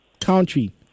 country